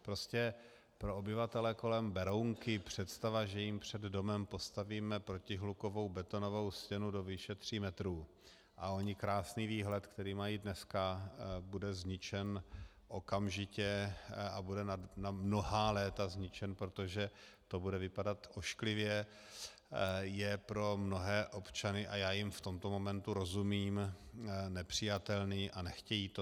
Prostě pro obyvatele kolem Berounky představa, že jim před domem postavíme protihlukovou betonovou stěnu do výše tří metrů a krásný výhled, který mají dneska, bude zničen okamžitě, a bude na mnohá léta zničen, protože to bude vypadat ošklivě, je pro mnohé občany, a já jim v tomto momentu rozumím, nepřijatelný a nechtějí to.